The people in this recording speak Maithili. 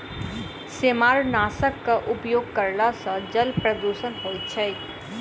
सेमारनाशकक उपयोग करला सॅ जल प्रदूषण होइत छै